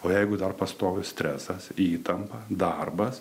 o jeigu dar pastoviai stresas įtampa darbas